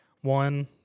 one